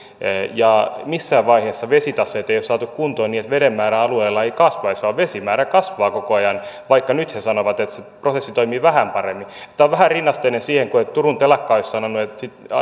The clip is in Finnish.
missään vaiheessa vesitaseita ei ole saatu kuntoon niin että veden määrä alueella ei kasvaisi vaan vesimäärä kasvaa koko ajan vaikka nyt he sanovat että se prosessi toimii vähän paremmin tämä on vähän rinnasteinen siihen kuin että turun telakka olisi sanonut